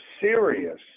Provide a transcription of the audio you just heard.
serious